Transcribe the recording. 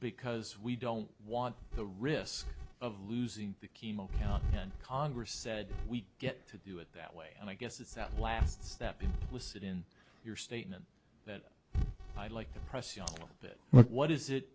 because we don't want the risk of losing the chemo and congress said we get to do it that way and i guess it's outlasts that implicit in your statement that i'd like to press you on that but what is it